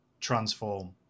transform